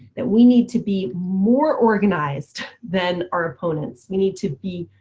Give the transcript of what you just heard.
that we need to be more organized than our opponents. we need to be,